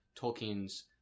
Tolkien's